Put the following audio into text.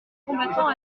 combattants